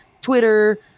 Twitter